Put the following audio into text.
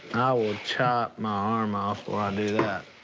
will will chop my arm off before i do that.